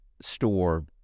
store